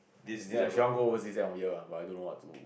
as in she wants go overseas then I will hear lah but I don't know what to